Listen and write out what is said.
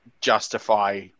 justify